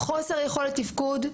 חוסר יכולת תפקוד,